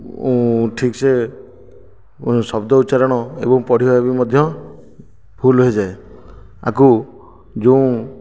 ଠିକ୍ ସେ ଶବ୍ଦ ଉଚ୍ଚାରଣ ଏବଂ ପଢ଼ିବା ବି ମଧ୍ୟ ଭୁଲ୍ ହେଇଯାଏ ଆକୁ ଯୋଉ